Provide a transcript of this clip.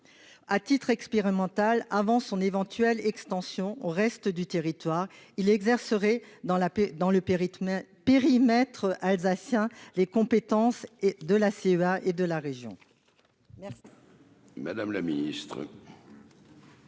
À titre expérimental, avant son éventuelle extension au reste du territoire, ce conseiller exercerait, dans le périmètre alsacien, les compétences de la Collectivité